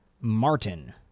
Martin